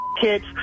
kids